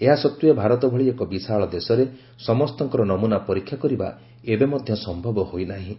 ଏହା ସତ୍ତ୍ୱେ ଭାରତ ଭଳି ଏକ ବିଶାଳ ଦେଶରେ ସମସ୍ତଙ୍କର ନମୁନା ପରୀକ୍ଷା କରିବା ଏବେ ମଧ୍ୟ ସମ୍ଭବ ହୋଇନାହିଁ